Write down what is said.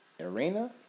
Arena